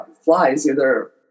flies—either